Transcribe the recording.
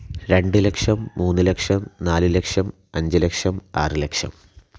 രണ്ട് ലക്ഷം മൂന്ന് ലക്ഷം നാല് ലക്ഷം അഞ്ച് ലക്ഷം ആറ് ലക്ഷം